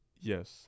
Yes